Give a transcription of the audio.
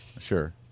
Sure